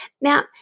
Now